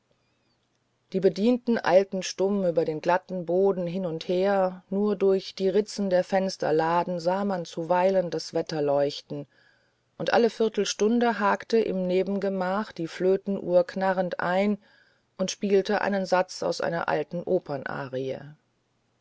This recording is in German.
die bedienten eilten stumm über den glatten boden hin und her nur durch die ritzen der fensterladen sah man zuweilen das wetterleuchten und alle viertelstunden hakte im nebengemach die flötenuhr knarrend ein und spielte einen satz aus einer alten opernarie